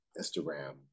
instagram